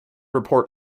report